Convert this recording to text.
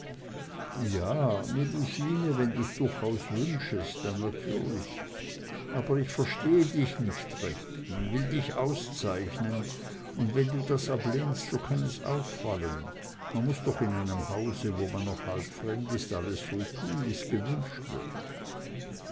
ja melusine wenn du's durchaus wünschst dann natürlich aber ich verstehe dich nicht recht man will dich auszeichnen und wenn du das ablehnst so kann es auffallen man muß doch in einem hause wo man noch halb fremd ist alles so tun wie's gewünscht wird